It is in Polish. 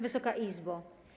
Wysoka Izbo!